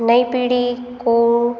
नई पीढ़ी को